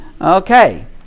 Okay